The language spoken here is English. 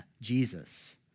Jesus